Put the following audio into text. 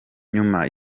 nyuma